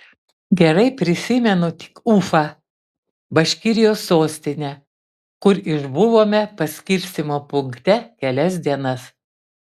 gerai prisimenu tik ufą baškirijos sostinę kur išbuvome paskirstymo punkte kelias dienas